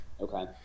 okay